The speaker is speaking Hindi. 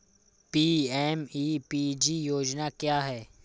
पी.एम.ई.पी.जी योजना क्या है?